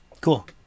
Cool